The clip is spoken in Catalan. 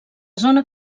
zona